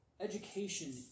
Education